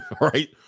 right